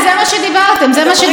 חכו עם המהות.